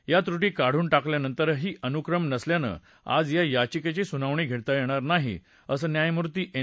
या त्रुटी काढून टाकल्यानंतरही अनुक्रम नसल्यानं आज या याचिकेची सुनावणी घेता येणार नाही असं न्यायमूर्ती एन